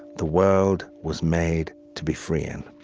the world was made to be free in.